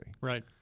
Right